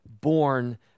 born